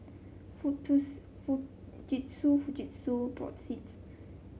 Fujitsu Fujitsu Brotzeit